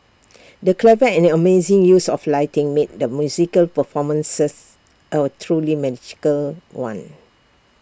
the clever and amazing use of lighting made the musical performances A truly magical one